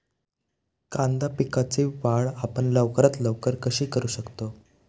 कांदा पिकाची वाढ आपण लवकरात लवकर कशी करू शकतो?